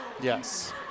yes